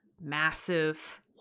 massive